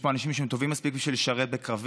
יש פה אנשים שהם טובים מספיק בשביל לשרת בקרבי,